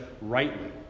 rightly